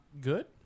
good